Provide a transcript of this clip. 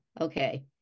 okay